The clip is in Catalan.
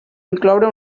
incloure